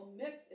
mix